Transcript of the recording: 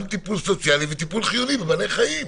טיפול סוציאלי וטיפול חיוני בבעלי חיים.